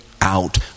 out